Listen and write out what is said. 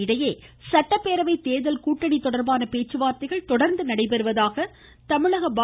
இடையே சட்டப்பேரவை தேர்தல் தொடர்பான பேச்சுவார்த்தைகள் தொடர்ந்து நடைபெறுவதாக தமிழக பா